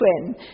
twin